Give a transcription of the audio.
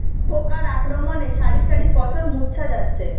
পোকার আক্রমণে শারি শারি ফসল মূর্ছা যাচ্ছে